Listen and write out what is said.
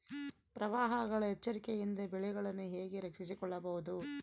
ಪ್ರವಾಹಗಳ ಎಚ್ಚರಿಕೆಯಿಂದ ಬೆಳೆಗಳನ್ನು ಹೇಗೆ ರಕ್ಷಿಸಿಕೊಳ್ಳಬಹುದು?